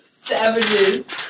savages